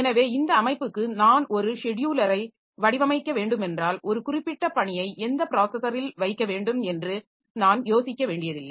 எனவே இந்த அமைப்புக்கு நான் ஒரு ஷெட்யுலரை வடிவமைக்க வேண்டுமென்றால் ஒரு குறிப்பிட்ட பணியை எந்த ப்ராஸஸரில் வைக்க வேண்டும் என்று நான் யோசிக்க வேண்டியதில்லை